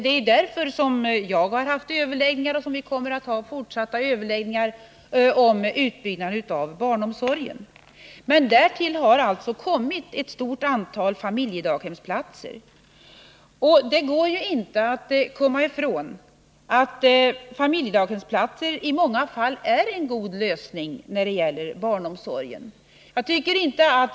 Det är anledningen till att jag har haft och kommer att ha överläggningar om utbyggnaden av barnomsorgen. Även om de uppsatta målen när det gäller daghemsutbyggnaden inte har nåtts har det alltså tillkommit ett stort antal familjedaghemsplatser. Och det går inte att komma ifrån att familjedaghem i många fall är en god lösning när det gäller barnomsorgen.